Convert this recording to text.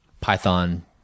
Python